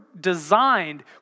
designed